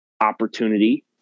opportunity